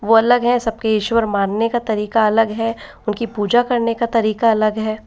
वो अलग हैं सबके ईश्वर मानने का तरीका अलग है उनकी पूजा करने का तरीका अलग है